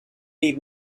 need